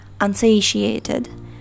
unsatiated